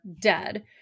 dead